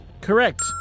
Correct